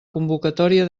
convocatòria